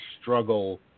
struggle